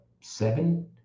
seven